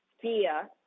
Fear